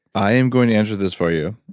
i'm going to answer this for you,